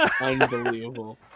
unbelievable